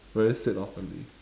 very said oftenly